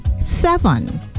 seven